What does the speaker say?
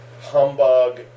Humbug